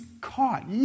caught